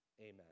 Amen